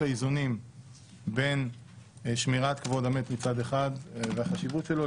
האיזונים בין שמירת כבוד המת מצד אחד והחשיבות שלו,